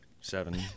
Seven